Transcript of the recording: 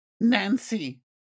Nancy